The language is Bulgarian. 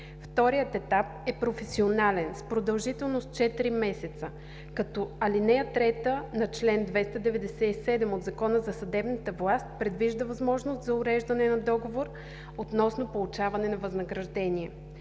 Вторият етап е професионален с продължителност четири месеца, като ал. 3 на чл. 297 от Закона за съдебната власт предвижда възможност за уреждане на договор относно получаване на възнаграждение.